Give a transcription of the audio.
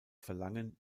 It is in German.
verlangen